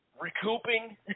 recouping